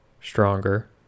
stronger